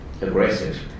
aggressive